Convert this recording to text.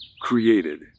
created